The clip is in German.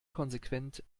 konsequent